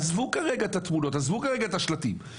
עזבו כרגע את התמונות, עזבו כרגע את השלטים.